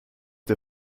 der